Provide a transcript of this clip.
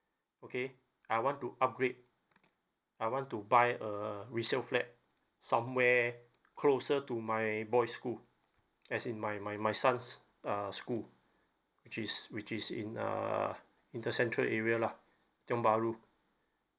okay I want to upgrade I want to buy uh resale flat somewhere closer to my boy's school as in my my my son's uh school which is which is in uh in the central area lah tiong bahru